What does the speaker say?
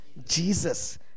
Jesus